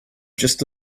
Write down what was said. just